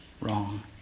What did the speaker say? wrong